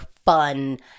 fun